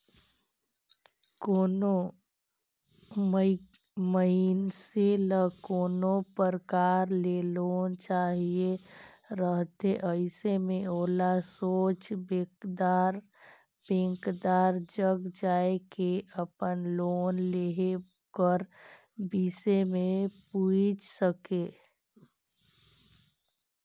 कोनो मइनसे ल कोनो परकार ले लोन चाहिए रहथे अइसे में ओला सोझ बेंकदार जग जाए के अपन लोन लेहे कर बिसे में पूइछ सके